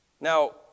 now